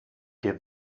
give